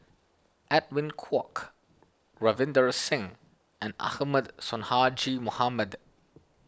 Edwin Koek Ravinder Singh and Ahmad Sonhadji Mohamad